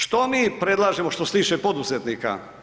Što mi predlažemo što se tiče poduzetnika?